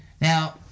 Now